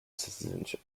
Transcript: citizenship